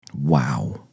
Wow